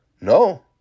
No